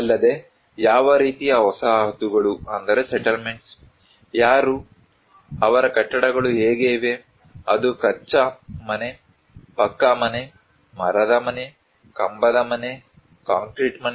ಅಲ್ಲದೆ ಯಾವ ರೀತಿಯ ವಸಾಹತುಗಳು ಯಾರು ಅವರ ಕಟ್ಟಡಗಳು ಹೇಗೆ ಇವೆ ಅದು ಕಚ್ಚಾ ಮನೆ ಪಕ್ಕಾ ಮನೆ ಮರದ ಮನೆ ಕಂಬದ ಮನೆ ಕಾಂಕ್ರೀಟ್ ಮನೆ